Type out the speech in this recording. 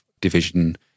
Division